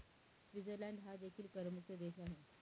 Switzerland हा देखील करमुक्त देश आहे